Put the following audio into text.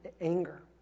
anger